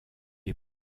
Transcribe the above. est